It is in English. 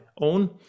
own